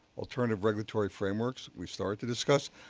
alternative regulatory frameworks we started to discuss.